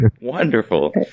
wonderful